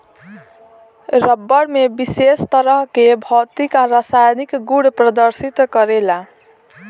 रबड़ में विशेष तरह के भौतिक आ रासायनिक गुड़ प्रदर्शित करेला